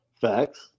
Facts